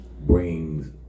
brings